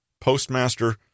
postmaster